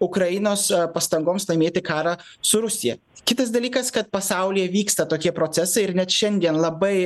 ukrainos pastangoms laimėti karą su rusija kitas dalykas kad pasaulyje vyksta tokie procesai ir net šiandien labai